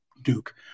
Duke